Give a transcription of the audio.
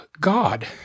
God